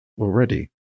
already